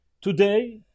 Today